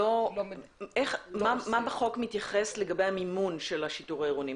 ומה בחוק מתייחס למימון של השיטור העירוני?